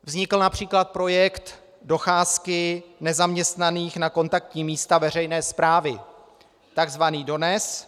Vznikl např. projekt docházky nezaměstnaných na kontaktní místa veřejné správy takzvaný DONEZ.